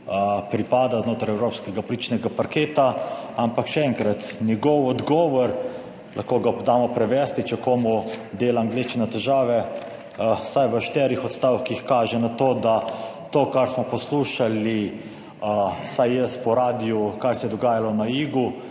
pripada znotraj evropskega političnega parketa, ampak še enkrat, njegov odgovor, lahko ga damo prevesti, če komu dela angleščina težave, vsaj v štirih odstavkih, kaže na to, da to, kar smo poslušali, vsaj jaz po radiu, kaj se je dogajalo na Igu,